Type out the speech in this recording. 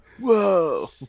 whoa